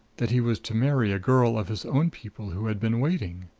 that he was to marry a girl of his own people who had been waiting